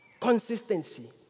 Consistency